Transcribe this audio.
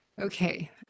okay